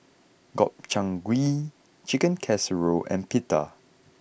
Gobchang Gui Chicken Casserole and Pita